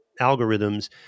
algorithms